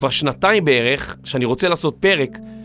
כבר שנתיים בערך, שאני רוצה לעשות פרק.